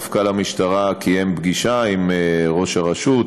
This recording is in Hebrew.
מפכ"ל המשטרה קיים פגישה עם ראש הרשות,